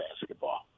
basketball